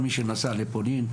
הוא בנוגע לסיכום של הישיבה הקודמת.